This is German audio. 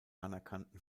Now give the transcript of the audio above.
anerkannten